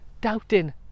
doubting